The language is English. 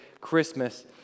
Christmas